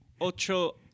ocho